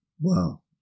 Wow